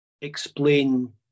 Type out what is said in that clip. explain